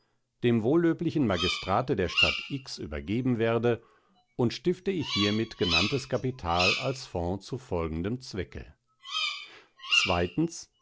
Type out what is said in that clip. dem wohllöblichen magistrate der stadt x übergeben werde und stifte ich hiermit genanntes kapital als fonds zu folgendem zwecke